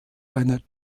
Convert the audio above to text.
einer